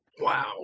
wow